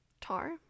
Tar